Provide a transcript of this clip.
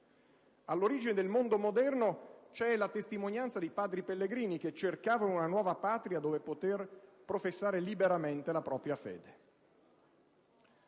Occidente - c'è la testimonianza dei padri pellegrini che cercavano una nuova patria dove poter professare liberamente la propria fede.